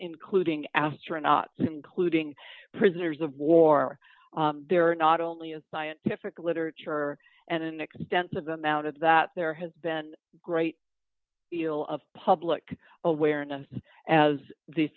including astronauts including prisoners of war there are not only a scientific literature and an extensive amount of that there has been great deal of public awareness as these